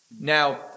Now